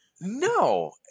No